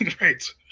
Right